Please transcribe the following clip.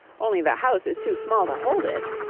only the house is too small to hold it.